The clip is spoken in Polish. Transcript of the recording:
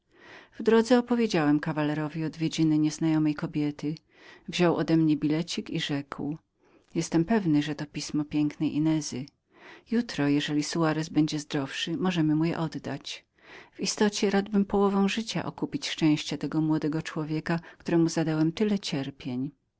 w drodze opowiedziałem kawalerowi odwiedziny nieznajomej kobiety wziął odemnie bilecik i rzekł jestem pewnym że to jest pismo pięknej inezy jutro jeżeli soarez będzie zdrowszym możemy mu je oddać w istocie radbym połową życia okupić szczęście tego młodego człowieka któremu zadałem tyle cierpień